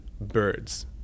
birds